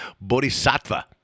Bodhisattva